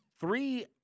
three